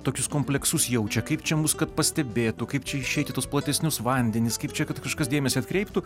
tokius kompleksus jaučia kaip čia mus kad pastebėtų kaip čia išeiti į tuos platesnius vandenis kaip čia kad kažkas dėmesį atkreiptų